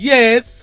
Yes